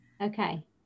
okay